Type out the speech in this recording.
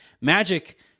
magic